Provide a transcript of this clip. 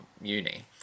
uni